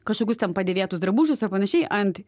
kažkokius ten padėvėtus drabužius ar panašiai ant